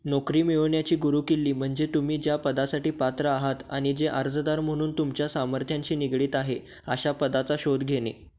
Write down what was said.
नोकरी मिळवण्याची गुरूकिल्ली म्हणजे तुम्ही ज्या पदासाठी पात्र आहात आणि जे अर्जदार म्हणून तुमच्या सामर्थ्यांशी निगडीत आहे अशा पदाचा शोध घेणे